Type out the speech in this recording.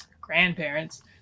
grandparents